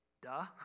duh